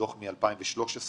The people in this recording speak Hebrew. בדוח שלו לשנת 2013,